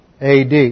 AD